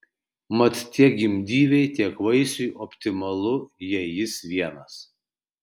mat tiek gimdyvei tiek vaisiui optimalu jei jis vienas